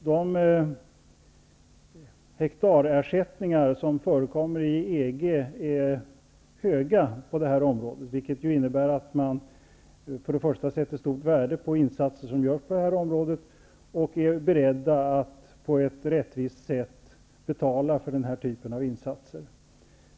De hektarersättningar som förekommer i EG är höga, vilket innebär att man sätter stort värde på insatser som görs på det här området och att man är beredd att på ett rättvist sätt betala för den här typen av insatser.